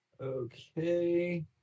Okay